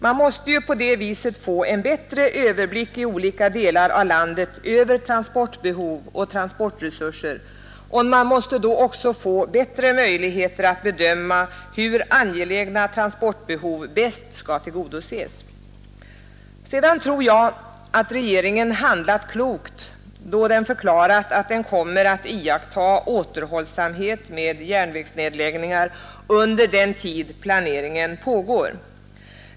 Man måste på det sättet i olika delar av landet få en bättre överblick över transportbehov och transportresurser, och man måste också få bättre möjligheter att bedöma hur angelägna transportbehov bäst skall tillgodoses. Sedan tror jag att regeringen handlat klokt då den förklarat att den kommer att iaktta återhållsamhet med järnvägsnedläggningar under den tid planeringen pågår.